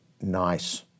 nice